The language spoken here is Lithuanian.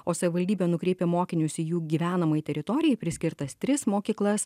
o savivaldybė nukreipia mokinius į jų gyvenamąją teritorijai priskirtas tris mokyklas